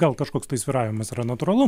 gal kažkoks tai svyravimas yra natūralu